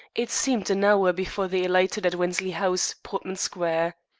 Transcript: it seemed an hour before they alighted at wensley house, portman square.